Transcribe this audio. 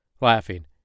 laughing